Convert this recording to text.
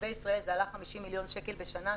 לנתיבי ישראל זה עלה 50 מיליון שקלים בשנה,